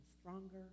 stronger